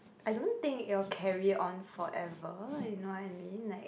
I don't think it will carry on forever you know what I mean like